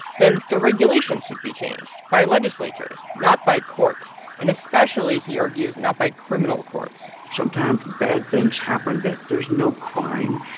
then the regulations should be changed by legislatures, not by courts and especially, he argues, not by criminal courts sometimes bad things happen that there's no crime.